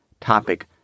topic